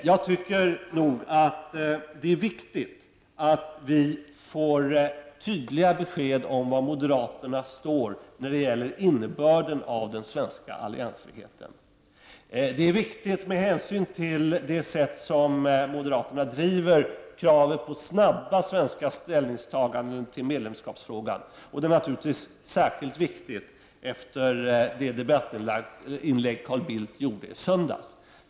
Jag tycker nog att det är viktigt att vi får tydliga besked om var moderaterna står när det gäller innebörden av den svenska alliansfriheten. Det är viktigt med hänsyn till det sätt på vilket moderaterna driver kravet på snabba svenska ställningstaganden i medlemskapsfrågan, och det är naturligtvis särskilt viktigt efter det debattinlägg som Carl Bildt gjorde i söndags.